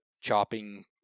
chopping